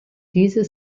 dieser